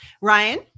Ryan